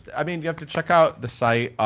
i mean, you have to check out the site.